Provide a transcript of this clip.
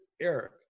Eric